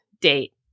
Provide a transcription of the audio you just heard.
date